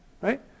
right